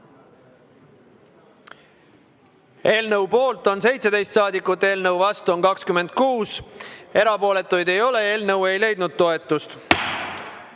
Eelnõu poolt on 17 saadikut, eelnõu vastu on 26, erapooletuid ei ole. Eelnõu ei leidnud toetust. Sellega